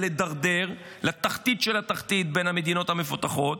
להידרדר לתחתית של התחתית בין המדינות המפותחות.